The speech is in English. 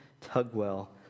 Tugwell